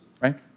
right